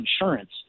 insurance